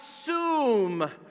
assume